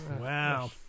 Wow